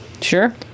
Sure